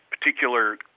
particular